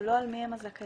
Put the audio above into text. אבל לא על מיהם הזכאים.